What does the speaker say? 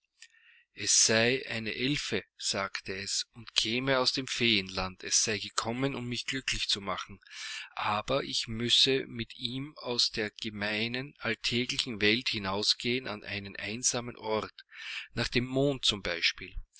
es sei eine elfe sagte es und käme aus dem feenlande es sei gekommen um mich glücklich zu ma chen aber ich müsse mit ihm aus der gemeinen alltäglichen welt hinausgehen an einen einsamen ort nach dem monde zum beispiel